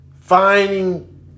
finding